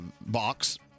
box